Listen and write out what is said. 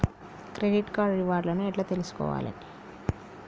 Credit card reward లను ఎట్ల తెలుసుకోవాలే?